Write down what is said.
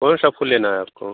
कौन सा फूल लेना है आपको